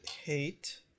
hate